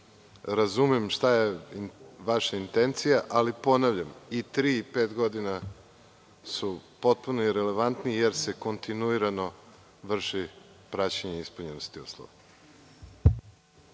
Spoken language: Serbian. razumem šta je vaša intencija, ali, ponavljam, i tri i pet godina su potpuno irelevantni jer se kontinuirano vrši praćenje ispunjenosti uslova.